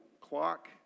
clock